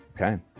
Okay